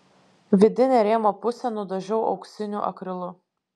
vidinę rėmo pusę nudažiau auksiniu akrilu